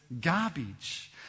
garbage